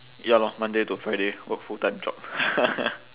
ya lor monday to friday work full time job